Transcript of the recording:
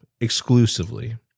exclusively